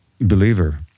believer